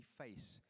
face